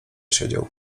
siedział